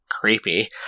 creepy